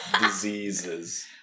diseases